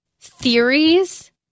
theories